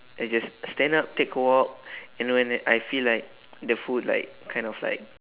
I just stand up take a walk and when I I feel like the food like kind of like